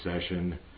session